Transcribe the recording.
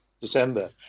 December